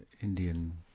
Indian